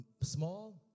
small